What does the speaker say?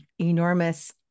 enormous